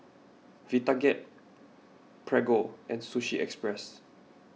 Vitapet Prego and Sushi Express